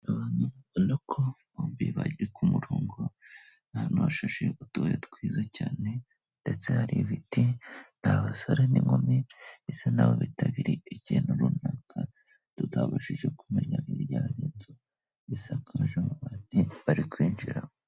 Abantu ubona ko bombi bagiye ku murongo, ni ahantu hashashe utubuye twiza cyane ndetse hari ibiti, ni abasore n'inkumi bisa n'aho bitabiriye ikintu runaka tutabashije kumenya. Hirya hari inzu isakaje amabati bari kwinjiramo.